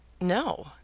No